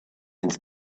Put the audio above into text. into